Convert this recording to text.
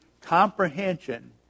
Comprehension